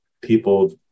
people